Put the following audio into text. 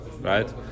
Right